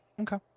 Okay